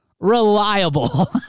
reliable